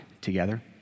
together